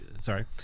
sorry